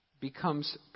becomes